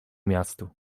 miastu